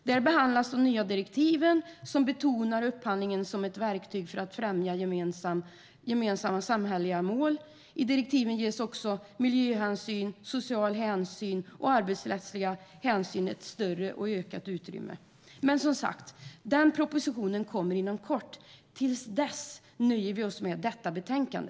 Där behandlas de nya direktiven, som betonar upphandlingen som ett verktyg för att främja gemensamma samhälleliga mål. I direktiven ges också miljöhänsyn, sociala hänsyn och arbetsrättsliga hänsyn ett större och ökat utrymme. Den propositionen kommer som sagt inom kort. Till dess nöjer vi oss med detta betänkande.